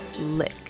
lick